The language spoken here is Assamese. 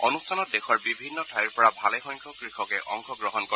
অনুষ্ঠানত দেশৰ বিভিন্ন ঠাইৰ পৰা ভালেসংখ্যক কৃষকে অংশগ্ৰহণ কৰে